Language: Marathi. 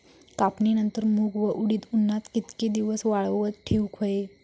कापणीनंतर मूग व उडीद उन्हात कितके दिवस वाळवत ठेवूक व्हये?